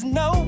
no